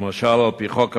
למשל על-פי חוק הפסיכולוגים,